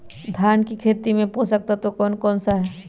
धान की खेती में पोषक तत्व कौन कौन सा है?